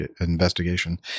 investigation